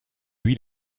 lui